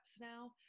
now